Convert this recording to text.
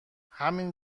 همین